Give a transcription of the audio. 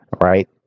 right